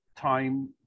time